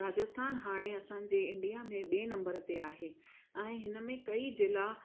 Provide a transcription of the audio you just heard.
राजस्थान हाणे असांजे इंडिया में ॿिए नम्बर ते आहे ऐं हिन में कई ज़िला